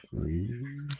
Three